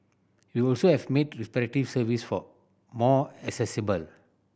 we also have made service for more accessible